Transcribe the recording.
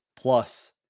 plus